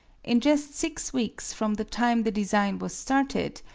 in just six weeks from the time the design was started,